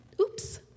oops